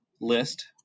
list